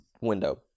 window